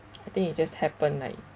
I think it just happen like